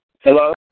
Hello